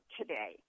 today